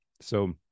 So-